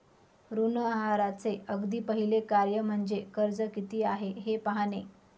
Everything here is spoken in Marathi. ऋण आहाराचे अगदी पहिले कार्य म्हणजे कर्ज किती आहे हे पाहणे